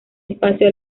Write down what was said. espacio